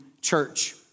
church